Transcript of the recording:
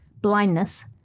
blindness